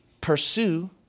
pursue